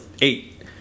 eight